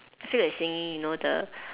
I feel like singing you know the